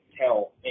tell